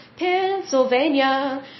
Pennsylvania